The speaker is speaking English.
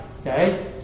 Okay